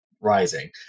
rising